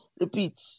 repeat